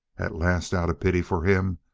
at last, out of pity for him,